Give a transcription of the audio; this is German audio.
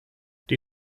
die